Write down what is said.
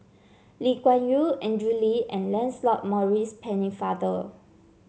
Lee Kuan Yew Andrew Lee and Lancelot Maurice Pennefather